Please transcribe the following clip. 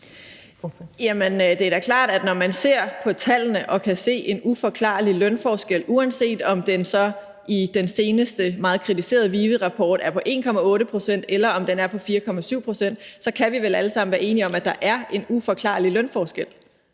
Det er da klart, at når man ser på tallene og kan se en uforklarlig lønforskel, uanset om den så i den seneste meget kritiserede VIVE-rapport er på 1,8 pct., eller om den er på 4,7 pct., så kan vi vel alle sammen være enige om, at der er en uforklarlig lønforskel,